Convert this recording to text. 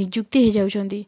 ନିଯୁକ୍ତି ହେଇଯାଉଛନ୍ତି